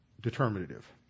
determinative